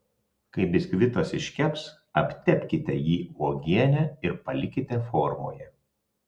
kai biskvitas iškeps aptepkite jį uogiene ir palikite formoje